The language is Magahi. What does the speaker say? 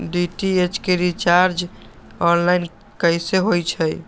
डी.टी.एच के रिचार्ज ऑनलाइन कैसे होईछई?